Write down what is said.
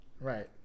right